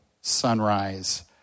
sunrise